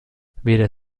weder